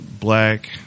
black